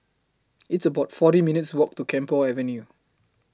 It's about forty minutes' Walk to Camphor Avenue